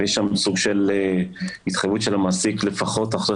ויש שם סוג של התחייבות של המעסיק לפחות אחרי